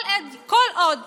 כל עוד